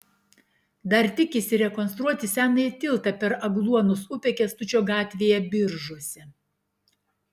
dar tikisi rekonstruoti senąjį tiltą per agluonos upę kęstučio gatvėje biržuose